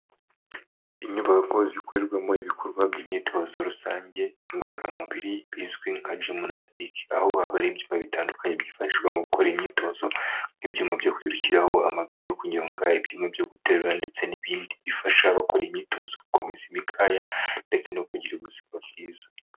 Inyubako zikorerwamo ibikorwa by'imyitozo rusange ngororamubiri bizwi nka jimunasitike aho haba hari ibyuma bitandukanye byifashishwa mu gukora imyitozo nk'ibyuma byo kwirukiraho, amagare yo kunyonga, ibyuyuma byo guterura ndetse n'ibindi bifasha abakora imyitozo gukomeza imikaya ndetse no kugira ubuzima bwiza.